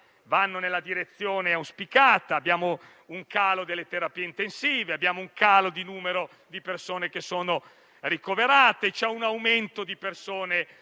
vanno nella direzione auspicata: abbiamo un calo delle terapie intensive, un calo del numero delle persone ricoverate, c'è un aumento delle persone